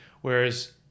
Whereas